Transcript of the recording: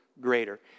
greater